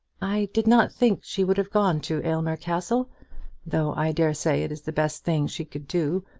i did not think she would have gone to aylmer castle though i dare say it is the best thing she could do.